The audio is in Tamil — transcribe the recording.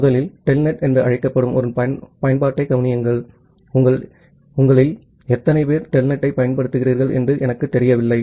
முதலில் டெல்நெட் என்று அழைக்கப்படும் ஒரு பயன்பாட்டைக் கவனியுங்கள் உங்களில் எத்தனை பேர் டெல்நெட்டைப் பயன்படுத்தியிருக்கிறீர்கள் என்று எனக்குத் தெரியவில்லை